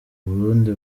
burundi